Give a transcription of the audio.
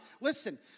listen